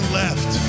left